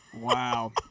wow